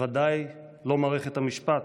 ודאי לא מערכת המשפט.